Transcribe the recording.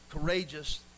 courageous